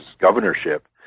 governorship